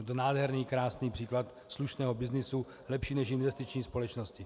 Byl to nádherný krásný příklad slušného byznysu, lepší než investiční společnosti.